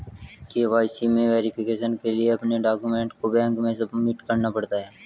KYC में verification के लिए अपने डाक्यूमेंट को बैंक में सबमिट करना पड़ता है